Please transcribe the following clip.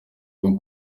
bwo